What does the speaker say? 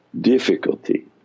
difficulty